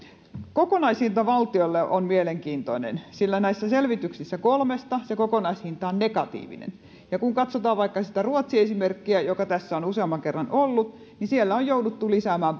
kokonaishinta valtiolle on mielenkiintoinen sillä näistä selvityksistä kolmessa se kokonaishinta on negatiivinen ja kun katsotaan vaikka sitä ruotsi esimerkkiä joka tässä on useamman kerran ollut niin siellä on jouduttu lisäämään